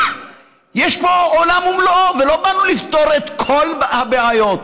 יש פה עולם ומלואו, ולא באנו לפתור את כל הבעיות.